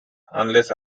unless